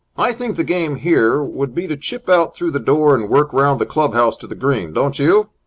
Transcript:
i think the game here would be to chip out through the door and work round the club-house to the green, don't you?